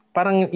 Parang